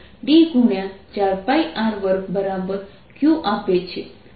તેથી આ D